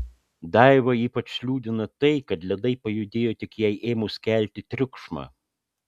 daivą ypač liūdina tai kad ledai pajudėjo tik jai ėmus kelti triukšmą